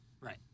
Right